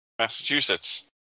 Massachusetts